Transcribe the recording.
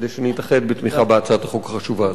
כדי שנתאחד בתמיכה בהצעת החוק החשובה הזאת.